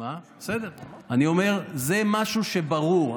אני אומר: זה משהו שברור.